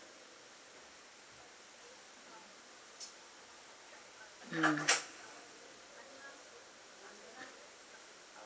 mm